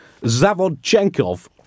Zavodchenkov